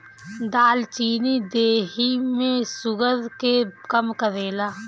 दालचीनी देहि में शुगर के कम करेला